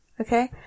okay